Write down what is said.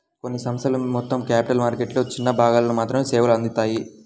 కొన్ని సంస్థలు మొత్తం క్యాపిటల్ మార్కెట్లలో చిన్న భాగాలకు మాత్రమే సేవలు అందిత్తాయి